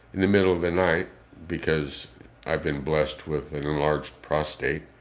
and the middle of the night because i've been blessed with an enlarged prostate